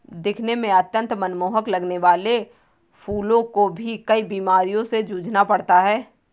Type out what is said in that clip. दिखने में अत्यंत मनमोहक लगने वाले फूलों को भी कई बीमारियों से जूझना पड़ता है